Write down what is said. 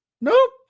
Nope